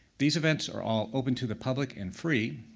these events are all open to the public and free,